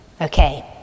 Okay